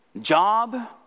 job